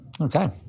Okay